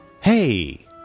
Hey